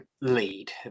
lead